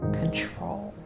control